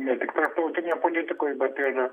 ne tik tarptautinėje politikoj bet ir